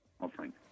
offering